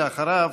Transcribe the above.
ואחריו,